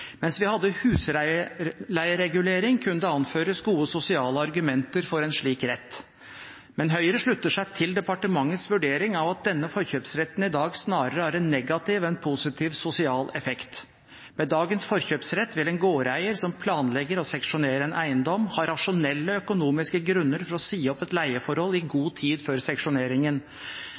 Mens vi hadde husleieregulering, kunne det anføres gode sosiale argumenter for en slik rett. Høyre slutter seg til departementets vurdering av at denne forkjøpsretten i dag snarere har en negativ enn positiv sosial effekt. Med dagens forkjøpsrett vil en gårdeier som planlegger å seksjonere en eiendom, ha rasjonelle økonomiske grunner til å si opp et leieforhold i god tid før seksjoneringen.